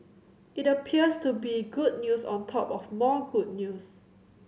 it appears to be good news on top of more good news